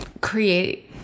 create